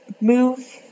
Move